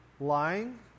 lying